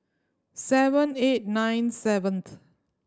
seven eight nine seventh